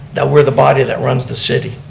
that we're the body that runs the city.